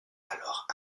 alors